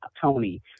Tony